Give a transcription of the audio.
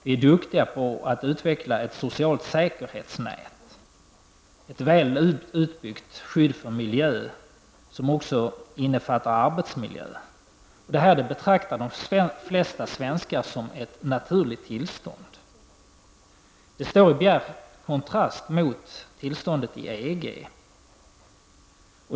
Vi är duktiga på att utveckla ett socialt säkerhetsnät, ett väl utbyggt skydd för miljön som också innefattar arbetsmiljön. Det här betraktar de flesta svenskar som ett naturligt tillstånd. Det står i bjärt kontrast till tillståndet i EG.